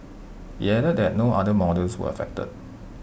IT added that no other models were affected